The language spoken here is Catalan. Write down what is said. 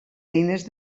eines